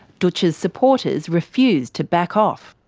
dootch's supporters refused to back off.